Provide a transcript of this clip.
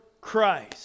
Christ